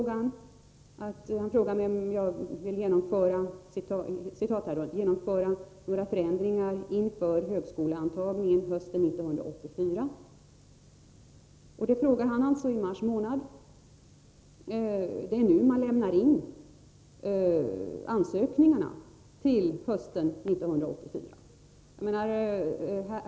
Han frågar om jag vill ”genomföra några förändringar inför högskoleantagningen hösten 1984”. Detta frågar han alltså i mars månad. Det är nu man lämnar in ansökningarna till hösten 1984.